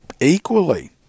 equally